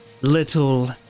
little